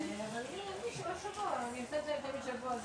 אפילו אם לא ניתן להקדים בשנתיים את ההסבה אלא בחצי שנה,